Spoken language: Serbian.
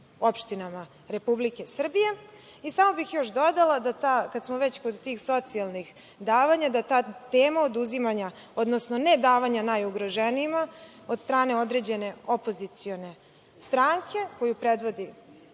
opštinama Republike Srbije. Samo bih još dodala, kad smo već kod tih socijalnih davanja, da ta tema oduzimanja, odnosno nedavanja najugroženijima od strane određene opozicione stranke koju predvodi